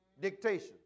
dictation